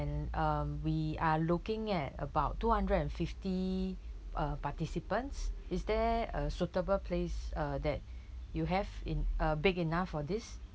and um we are looking at about two hundred and fifty uh participants is there a suitable place uh that you have in uh big enough for this